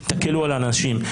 תקלו על האנשים.